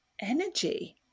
energy